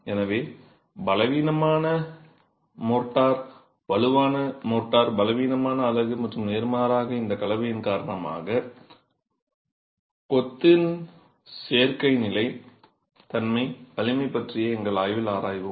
எனவே பலவீனமான மோர்ட்டார் வலுவான மோர்ட்டார் பலவீனமான அலகு மற்றும் நேர்மாறாக இந்த கலவையின் காரணமாக கொத்தின் சேர்க்கை நிலை தன்னை வலிமை பற்றிய எங்கள் ஆய்வில் ஆராய்வோம்